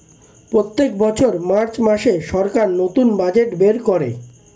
প্রত্যেক বছর মার্চ মাসে সরকার নতুন বাজেট বের করে